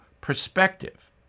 perspective